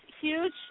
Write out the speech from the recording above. huge